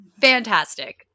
fantastic